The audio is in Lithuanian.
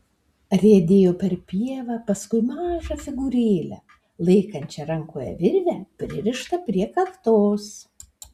riedėjo per pievą paskui mažą figūrėlę laikančią rankoje virvę pririštą prie kaktos